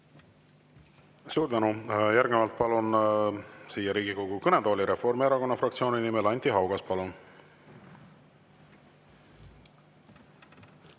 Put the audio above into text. Suur tänu! Järgnevalt palun siia Riigikogu kõnetooli Reformierakonna fraktsiooni nimel Anti Haugase. Palun!